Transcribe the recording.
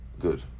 Good